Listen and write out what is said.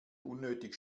unnötig